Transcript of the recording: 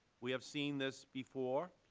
we have seen this before.